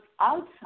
outside